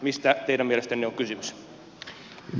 mistä teidän mielestänne on kysymys